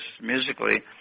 musically